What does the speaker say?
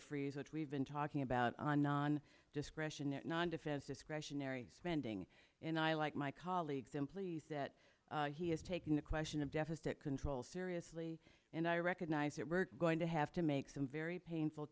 year freeze that we've been talking about on non discretionary non defense discretionary spending and i like my colleagues i'm pleased that he is taking the question of deficit control seriously and i recognize that we're going to have to make some very painful